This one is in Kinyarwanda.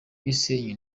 gisenyi